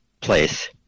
place